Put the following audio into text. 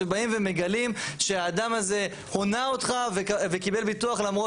שבאים ומגלים שהאדם הזה הונה אותך וקיבל ביטוח למרות